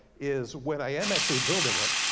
is when i am actually building it,